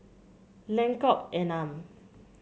Lengkok Enam